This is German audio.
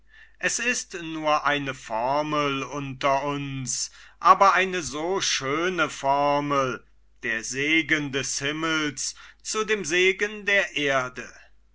es ist nur eine formel unter uns aber eine so schöne formel der segen des himmels zu dem segen der erde